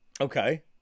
Okay